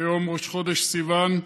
היום ראש חודש סיוון,